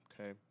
okay